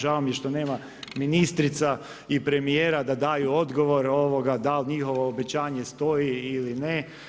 Žao mi je što nema ministrica i premijera da daju odgovor da li njihovo obećanje stoji ili ne.